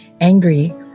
Angry